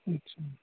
اچھا